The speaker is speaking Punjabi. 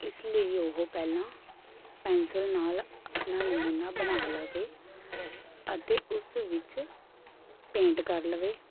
ਇਸ ਲਈ ਉਹ ਪਹਿਲਾਂ ਪੈਨਸਲ ਨਾਲ ਆਪਣਾ ਨਮੂਨਾ ਬਣਾ ਲਵੇ ਅਤੇ ਉਸ ਵਿੱਚ ਪੇਂਟ ਕਰ ਲਵੇ